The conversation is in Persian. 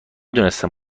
دونستم